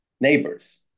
neighbors